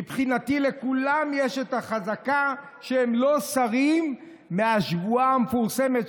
מבחינתי לכולם יש את החזקה שהם לא סרים מהשבועה המפורסמת,